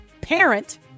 parent